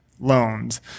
loans